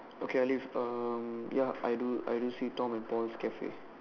okay Alif um ya I do I do see Tom and Paul's Cafe